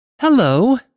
Hello